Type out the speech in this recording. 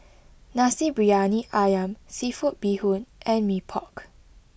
Nasi Briyani Ayam Seafood Bee Hoon and Mee Pok